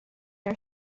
are